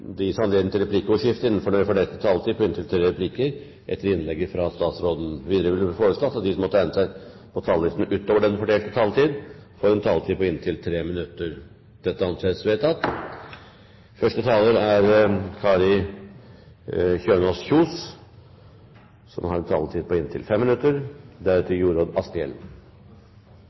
det gis anledning til replikkordskifte på inntil tre replikker med svar etter innlegget fra statsråden innenfor den fordelte taletid. Videre blir det foreslått at de som måtte tegne seg på talerlisten utover den fordelte taletid, får en taletid på inntil 3 minutter. – Det anses vedtatt. Stortinget skal behandle tre forslag om rehabilitering. To av forslagene går ut på